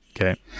Okay